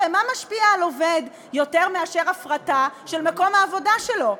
הרי מה משפיע על עובד יותר מאשר הפרטה של מקום העבודה שלו?